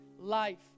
life